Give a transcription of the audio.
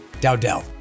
Dowdell